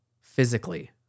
physically –